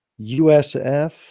USF